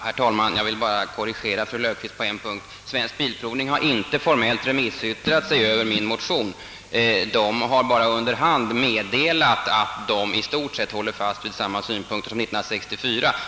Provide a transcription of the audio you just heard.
Herr talman! Jag vill endast korrigera en punkt i fru Löfqvists anförande. Aktiebolaget Svensk bilprovning har inte avgivit något remissyttrande över min motion. Bolaget har bara under hand meddelat utskottet att man i stort sett har samma synpunkter som 1964.